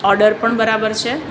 order પણ બરાબર છે